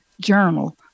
Journal